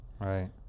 Right